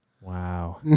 Wow